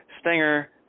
Stinger